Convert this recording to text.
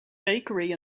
bakery